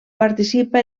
participa